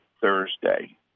Thursday